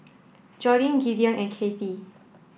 Jordin Gideon and Cathy